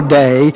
day